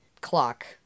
clock